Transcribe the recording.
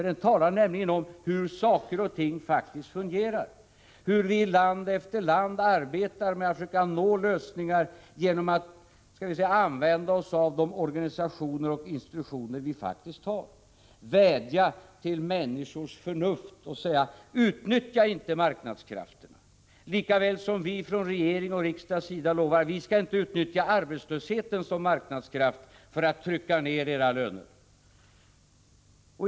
Den talar nämligen om hur saker och ting faktiskt fungerar, hur vi i land efter land arbetar med att försöka nå lösningar genom att använda oss av de organisationer och institutioner vi har. Vi vädjar till människors förnuft och säger: Utnyttja inte marknadskrafterna. Och vi från regering och riksdag lovar att vi inte skall utnyttja arbetslösheten som marknadskraft för att trycka ner lönerna.